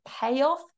payoff